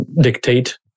dictate